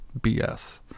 BS